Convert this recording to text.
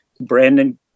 Brandon